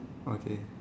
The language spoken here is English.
okay